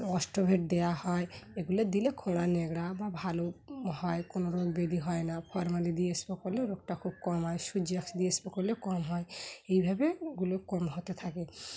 অষ্টভেট দেওয়া হয় এগুলো দিলে খোঁড়া ল্যাংড়া বা ভালো হয় কোনো রোগ ব্যাধি হয় না ফরমালি দিয়ে করলে রোগটা খুব কম হয় সূর্য রস্মি দিয়ে করলে কম হয় এইভাবে এগুলো কম হতে থাকে